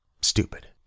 Stupid